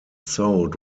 sold